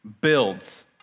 builds